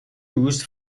used